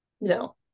no